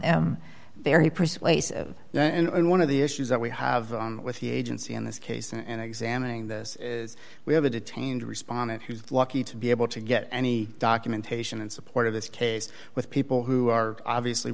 them very persuasive and one of the issues that we have with the agency in this case and examining this is we have a detained respondent who's lucky to be able to get any documentation in support of this case with people who are obviously